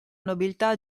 nobiltà